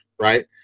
Right